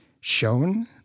shown